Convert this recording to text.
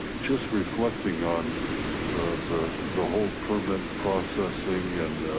just reflecting on the the whole permit processing and